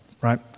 right